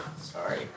sorry